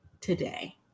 today